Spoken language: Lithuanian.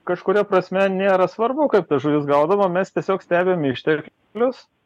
kažkuria prasme nėra svarbu kaip žuvis gaudoma mes tiesiog stebim išteklius